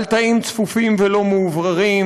על תאים צפופים ולא מאווררים,